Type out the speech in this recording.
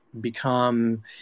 become